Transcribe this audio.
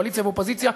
קואליציה ואופוזיציה,